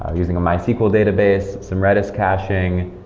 um using a mysql database, some redis caching.